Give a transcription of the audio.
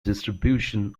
distribution